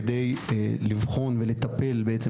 כדי לבחון ולטפל בעצם,